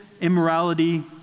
immorality